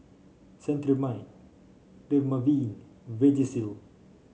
Cetrimide Dermaveen Vagisil